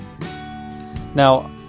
Now